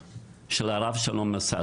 הרב שלום משאש